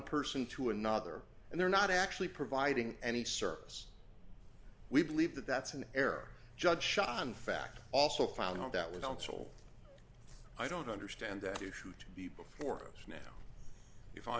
person to another and they're not actually providing any service we believe that that's an error judge schon fact also found out that we don't sol i don't understand that you should be before us now if i